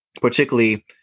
particularly